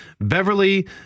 Beverly